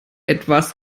etwas